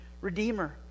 redeemer